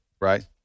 Right